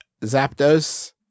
Zapdos